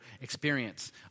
experience